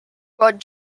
but